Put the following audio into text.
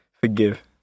forgive